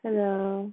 hello